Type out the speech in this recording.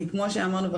כי כמו שאמרנו,